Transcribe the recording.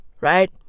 right